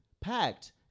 packed